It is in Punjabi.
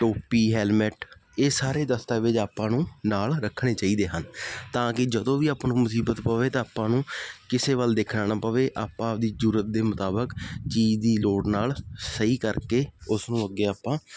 ਟੋਪੀ ਹੈਲਮਟ ਇਹ ਸਾਰੇ ਦਸਤਾਵੇਜ਼ ਆਪਾਂ ਨੂੰ ਨਾਲ ਰੱਖਣੇ ਚਾਹੀਦੇ ਹਨ ਤਾਂ ਕਿ ਜਦੋਂ ਵੀ ਆਪਾਂ ਨੂੰ ਮੁਸੀਬਤ ਪਵੇ ਤਾਂ ਆਪਾਂ ਨੂੰ ਕਿਸੇ ਵੱਲ ਦੇਖਣਾ ਨਾ ਪਵੇ ਆਪਾਂ ਆਪਦੀ ਜ਼ਰੂਰਤ ਦੇ ਮੁਤਾਬਕ ਚੀਜ਼ ਦੀ ਲੋੜ ਨਾਲ ਸਹੀ ਕਰਕੇ ਉਸਨੂੰ ਅੱਗੇ ਆਪਾਂ